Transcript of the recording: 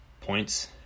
points